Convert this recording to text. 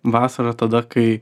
vasarą tada kai